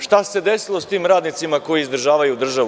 Šta se desilo sa tim radnicima koji izdržavaju državu?